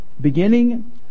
beginning